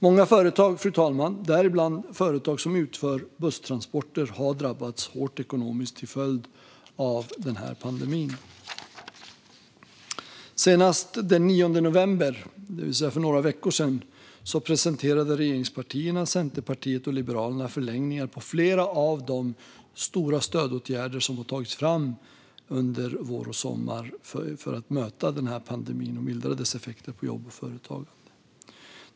Många branscher, däribland företag som utför busstransporter, har drabbats hårt ekonomiskt till följd av pandemin. Senast den 9 november, det vill säga för några veckor sedan, presenterade regeringspartierna, Centerpartiet och Liberalerna förlängningar på flera av de stora stödåtgärder som har tagits fram under vår och sommar för att möta pandemin och mildra dess effekter på jobb och företag.